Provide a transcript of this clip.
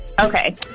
Okay